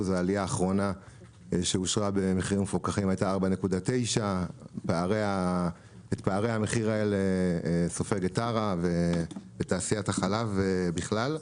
העלייה האחרונה שאושרה במחירים מפוקחים הייתה 4.9. את פערי המחיר האלה סופגת טרה ותעשיית החלב בכלל.